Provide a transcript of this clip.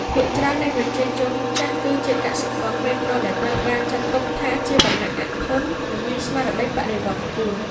ភាគច្រើននៃប្រជាជនចាស់គឺជាកសិករក្រីក្រដែលត្រូវបានចាត់ទុកថាជាវណ្ណៈអធន និងមានស្មារតីបដិវត្តន៍ខ្ពស់។